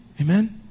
Amen